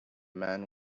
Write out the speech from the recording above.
men